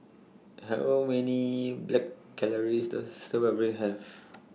How Many Black Calories Does A Stir Fried Have